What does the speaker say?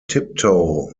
tiptoe